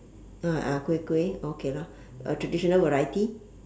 uh ah kueh kueh okay lor uh traditional variety